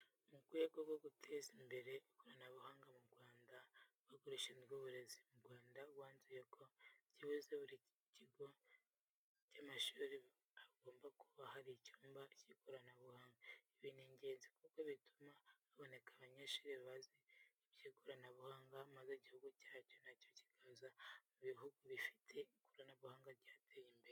Mu rwego rwo guteza imbere ikoranabuhanga mu Rwanda, Urwego rushizwe Uburezi mu Rwanda rwanzuye ko byibuze muri buri kigo cy'amashuri hagomba buka hari icyumba cy'ikoranabuhanga. Ibi ni ingenzi kuko bizatuma haboneka abanyeshuri bazi iby'ikoranabuhanga maze igihugu cyacu na cyo kikaza mu buhugi bifite ikoranabuhanga ryateye imbere.